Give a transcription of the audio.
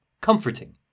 comforting